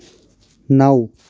نَو